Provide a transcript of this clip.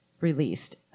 released